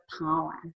power